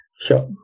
Sure